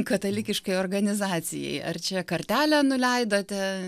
katalikiškai organizacijai ar čia kartelę nuleidote